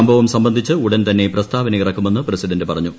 സംഭവം സംബന്ധിച്ച് ഉടൻ ്തുന്നെ പ്രസ്താവന ഇറക്കുമെന്ന് പ്രസിഡന്റ് പറഞ്ഞു